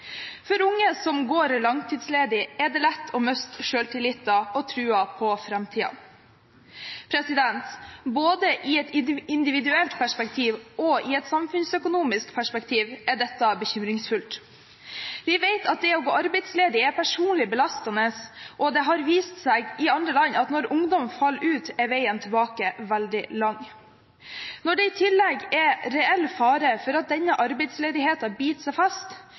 For unge som går langtidsledige, er det lett å miste selvtilliten og troen på framtiden. Sett både i et individuelt perspektiv og i et samfunnsøkonomisk perspektiv er dette bekymringsfullt. Vi vet at det å gå arbeidsledig er personlig belastende, og det har vist seg i andre land at når ungdom faller ut, er veien tilbake veldig lang. Når det i tillegg er reell fare for at denne arbeidsledigheten biter seg fast,